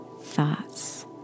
thoughts